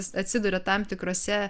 jis atsiduria tam tikrose